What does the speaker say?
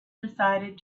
decided